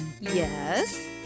Yes